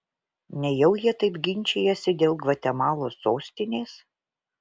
nejau jie taip ginčijasi dėl gvatemalos sostinės